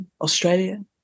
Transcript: Australia